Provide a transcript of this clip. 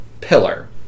pillar